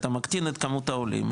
אתה מקטין את כמות העולים,